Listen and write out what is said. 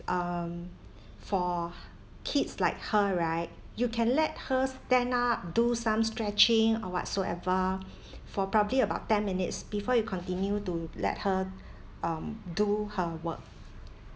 um for kids like her right you can let her stand up do some stretching or whatsoever for probably about ten minutes before you continue to let her um do her work